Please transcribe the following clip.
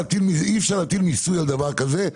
אי אפשר להטיל מיסוי על דבר כזה.